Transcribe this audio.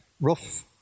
Rough